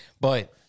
But-